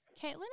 Caitlin